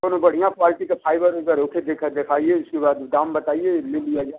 कौनों बढ़िया क्वालटी का फाइबर ओइबर ओके देखा दिखाइए इसके बाद दाम बताइए